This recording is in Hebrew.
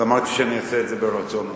ואמרתי שאני אעשה את זה ברצון רב.